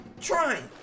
trying